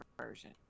Version